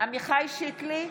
עמיחי שיקלי,